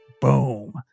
boom